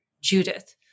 Judith